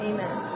Amen